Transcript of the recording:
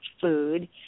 food